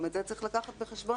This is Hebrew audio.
גם את זה צריך לקחת בחשבון,